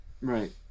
Right